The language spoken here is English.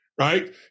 Right